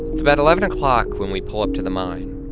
it's about eleven o'clock when we pull up to the mine.